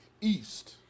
east